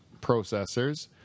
processors